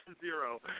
zero